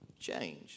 Change